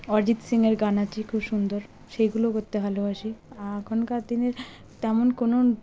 অরিজিত সিংয়ের গান আছে খুব সুন্দর সেইগুলোও করতে ভালোবাসি এখনকার দিনের তেমন কোনো